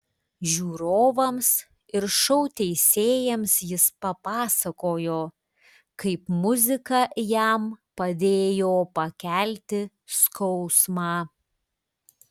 žiūrovams ir šou teisėjams jis papasakojo kaip muzika jam padėjo pakelti skausmą